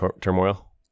turmoil